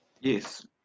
Yes